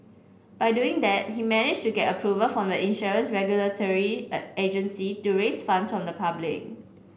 by doing that he managed to get approval from the insurance regulatory a agency to raise funds from the public